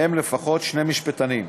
ובהם לפחות שני משפטנים.